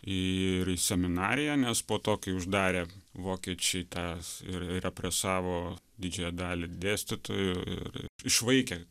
ir į seminariją nes po to kai uždarė vokiečiai tas ir represavo didžiąją dalį dėstytojų ir išvaikė